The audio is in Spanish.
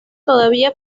todavía